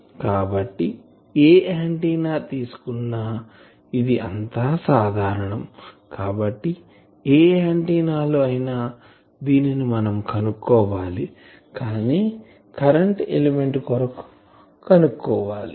కాబట్టి ఏ ఆంటిన్నా తీసుకున్న ఇది అంతా సాధారణం కాబట్టి ఏ ఆంటిన్నా లో అయినా దీనిని మనం కనుక్కోవాలికానీ కరెంటు ఎలిమెంట్ కొరకు కనుక్కోవాలి